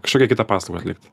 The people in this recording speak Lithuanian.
kažkokią kitą paslaugą atlikt